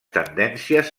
tendències